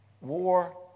war